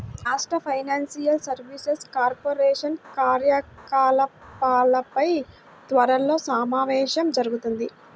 రాష్ట్ర financial services corporation కార్యకలాపాలపై త్వరలో సమావేశం జరుగుతుంది